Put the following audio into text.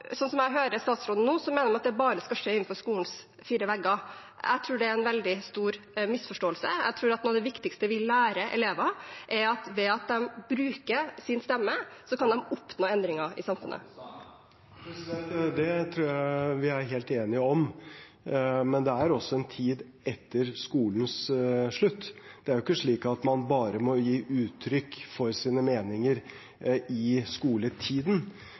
jeg hører statsråden nå, mener han at det bare skal skje innenfor skolens fire vegger. Jeg tror det er en veldig stor misforståelse. Jeg tror at noe av det viktigste vi lærer elevene, er at ved at de bruker sin stemme, kan de oppnå endringer i samfunnet. Det tror jeg vi er helt enige om, men det er også en tid etter skolens slutt. Det er jo ikke slik at man bare må gi uttrykk for sine meninger i skoletiden,